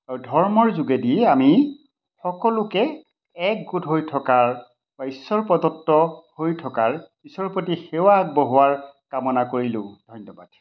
আৰু ধৰ্মৰ যোগেদি আমি সকলোকে একগোট হৈ থকাৰ বা ঈশ্বৰ প্ৰদত্ত্ব হৈ থকাৰ ঈশ্বৰৰ প্ৰতি সেৱা আগবঢ়োৱাৰ কামনা কৰিলোঁ ধন্যবাদ